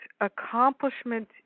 accomplishment